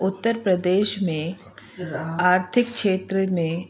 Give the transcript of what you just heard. उत्तर प्रदेश में आर्थिक क्षेत्र में